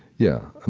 yeah, and